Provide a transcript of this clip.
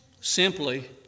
Simply